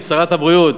שרת הבריאות,